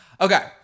Okay